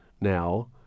now